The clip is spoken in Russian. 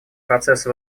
процесса